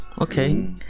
okay